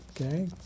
Okay